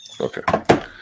Okay